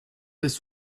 this